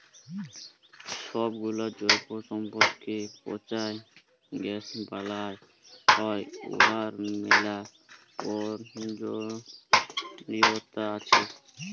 ছবগুলা জৈব সম্পদকে পঁচায় গ্যাস বালাল হ্যয় উয়ার ম্যালা পরয়োজলিয়তা আছে